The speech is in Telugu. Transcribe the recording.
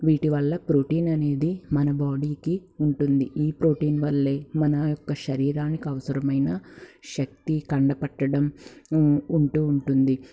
వీటి వల్ల ప్రోటీన్ అనేది మన బాడీకి ఉంటుంది ఈ ప్రోటీన్ వల్లే మన యొక్క శరీరానికి అవసరమైన శక్తి కండ పట్టడం ఉంటూ ఉంటుంది